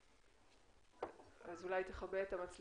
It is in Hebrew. להעריך את האיכות